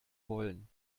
wollen